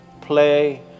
play